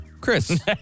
Chris